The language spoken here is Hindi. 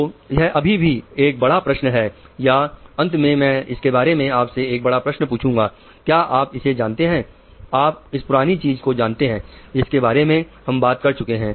तो यह अभी भी एक बड़ा प्रश्न है या अंत में मैं इसके बारे में आपसे एक बड़ा प्रश्न पूछूंगा क्या आप इसे जानते हैं आप इस पुरानी चीज को जानते हैं जिसके बारे में हम बात कर चुके हैं